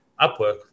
Upwork